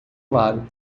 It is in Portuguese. lago